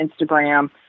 Instagram